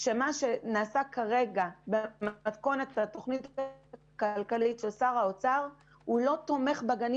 שמה שנעשה כרגע בתוכנית הכלכלית של שר האוצר אינו תומך בגנים